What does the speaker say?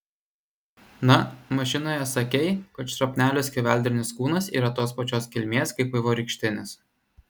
na mašinoje sakei kad šrapnelių skeveldrinis kūnas yra tos pačios kilmės kaip vaivorykštinis